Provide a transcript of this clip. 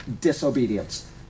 disobedience